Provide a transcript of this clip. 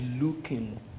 looking